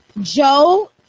Joe